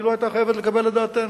היא לא היתה חייבת לקבל את דעתנו.